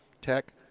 Tech